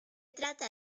trata